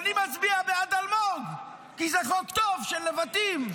אני מצביע בעד אלמוג, כי זה חוק טוב של נבטים.